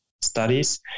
studies